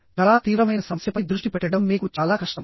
చాలా తీవ్రమైన సమస్యపై దృష్టి పెట్టడం మీకు చాలా కష్టం